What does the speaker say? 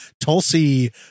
tulsi